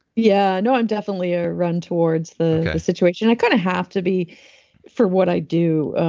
yeah. no. i'm definitely a run towards the situation. i kind of have to be for what i do,